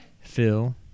Phil